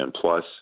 Plus